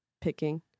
picking